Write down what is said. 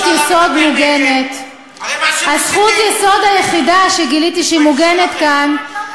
המיעוט ופגיעה בחופש ההתאגדות ובחופש העיסוק.